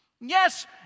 Yes